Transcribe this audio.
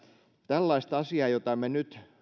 tällaista asiaa jota me nyt